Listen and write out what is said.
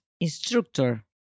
instructor